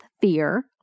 fear